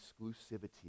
exclusivity